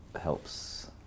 helps